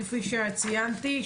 כפי שציינתי,